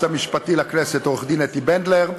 המשפטי לכנסת עורכת-דין אתי בנדלר,